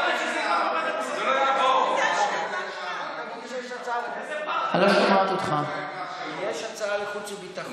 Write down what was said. יש הצעה להעביר לחוץ וביטחון,